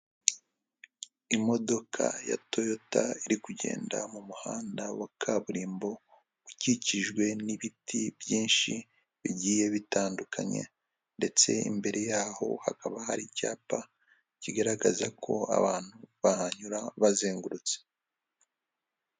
Imodoka ya toyota iri kugenda mu muhanda wa kaburimbo, ukikijwe n'ibiti byinshi bigiye bitandukanye ndetse imbere yaho hakaba hari icyapa kigaragaza ko abantu bahanyura bazengurutse.